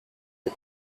the